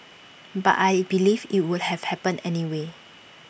but I believe IT would have happened anyway